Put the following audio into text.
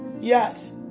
Yes